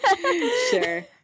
Sure